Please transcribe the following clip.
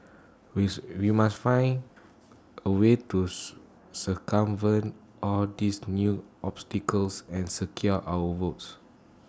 we must finding A way to circumvent all these new obstacles and secure our votes